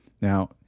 Now